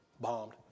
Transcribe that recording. bombed